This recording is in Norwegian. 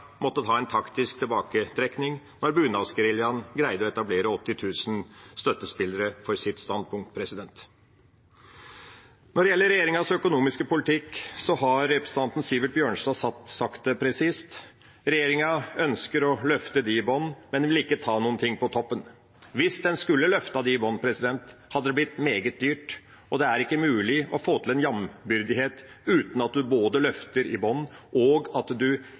måtte ta en taktisk tilbaketrekking da bunadsgeriljaen greide å etablere 80 000 støttespillere for sitt standpunkt. Når det gjelder regjeringas økonomiske politikk, har representanten Sivert Bjørnstad sagt det presist – regjeringa ønsker å løfte dem i bånn, men de vil ikke ta noen ting på toppen. Hvis man skulle løftet dem i bånn, hadde det blitt meget dyrt, og det er ikke mulig å få til jambyrdighet uten at man både løfter i bånn og